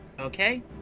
Okay